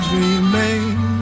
remain